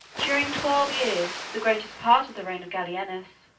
during twelve years, the greatest part of the reign of gallienus,